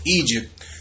Egypt